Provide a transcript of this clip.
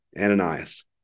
Ananias